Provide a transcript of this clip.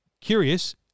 curious